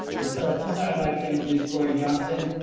and so at this time i'd like to introduce kori johnson,